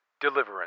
Deliverance